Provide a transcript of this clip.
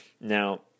Now